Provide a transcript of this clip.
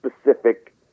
specific